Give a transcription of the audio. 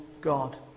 God